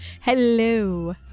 hello